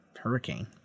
hurricane